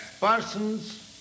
persons